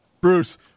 Bruce